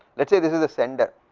let say this is the senderand